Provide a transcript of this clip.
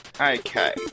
Okay